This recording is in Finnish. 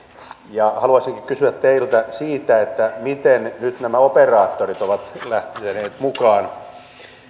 ja haluaisinkin kysyä teiltä miten nyt nämä operaattorit ovat lähteneet mukaan